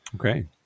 Okay